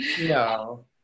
No